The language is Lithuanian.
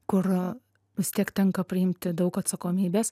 kur vis tiek tenka priimti daug atsakomybės